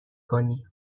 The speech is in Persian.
کنی